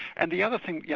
and the other thing, yeah